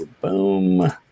Boom